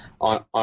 on